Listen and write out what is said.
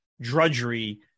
drudgery